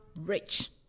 rich